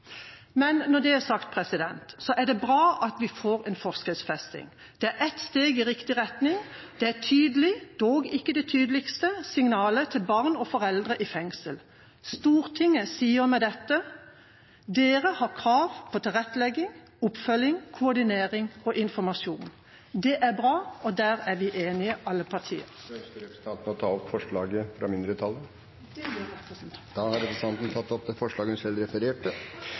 Men når det er sagt, er det bra at vi får en forskriftsfesting. Det er et steg i riktig retning. Det er et tydelig – dog ikke det tydeligste – signal til barn og til foreldre i fengsel. Stortinget sier med dette: Dere har krav på tilrettelegging, oppfølging, koordinering og informasjon. Det er bra, og der er vi enige, alle partier. Jeg tar opp forslaget som mindretallet har fremmet i innstillinga. Representanten Kari Henriksen har tatt opp det forslaget hun refererte